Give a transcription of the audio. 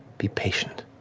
be patient.